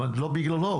לא בגללו.